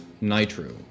Nitro